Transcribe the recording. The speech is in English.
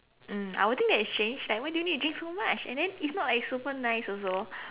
mm I will think it's strange like why do you need to drink so much and then it's not like it's super nice also